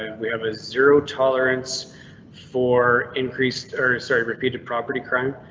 and we have a zero tolerance for increased or sorry repeated property crime.